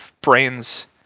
brains